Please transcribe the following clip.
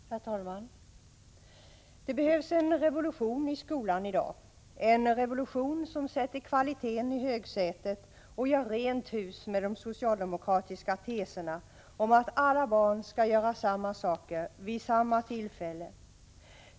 Herr talman! Det behövs en revolution i skolan i dag — en revolution som sätter kvaliteten i högsätet och gör rent hus med de socialdemokratiska teserna om att alla barn skall göra samma saker vid samma tillfälle.